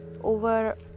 over